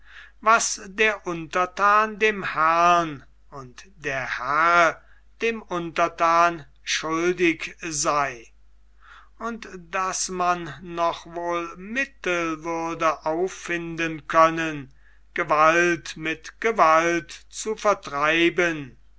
was der unterthan dem herrn und der herr dem unterthan schuldig sei und daß man noch wohl mittel würde auffinden können gewalt mit gewalt zu vertreiben